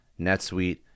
netsuite